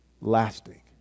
lasting